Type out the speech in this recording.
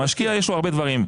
המשקיע יש לו הרבה דברים,